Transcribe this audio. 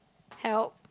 help